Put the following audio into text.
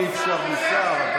אי-אפשר בלי שר.